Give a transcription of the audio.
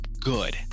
good